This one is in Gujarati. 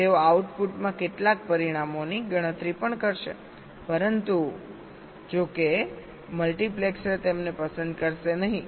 તેઓ આઉટપુટમાં કેટલાક પરિણામોની ગણતરી પણ કરશે પરંતુજો કે મલ્ટિપ્લેક્સર તેમને પસંદ કરશે નહીં